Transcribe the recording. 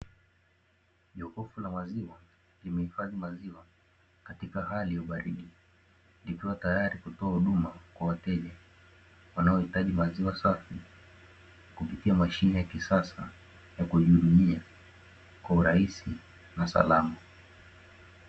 Jokofu la maziwa limehifadhi maziwa katika hali ya ubaridi likiwa tayari kutoa huduma kwa wateja, wanaohitaji maziwa safi kupitia mashine ya kisasa ya kujihudumia kwa urahisi na salama.